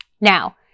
Now